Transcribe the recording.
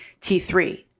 T3